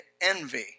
envy